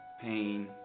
pain